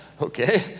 okay